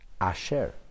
Asher